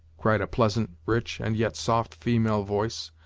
cried a pleasant, rich, and yet soft female voice,